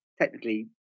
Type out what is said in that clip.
technically